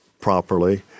properly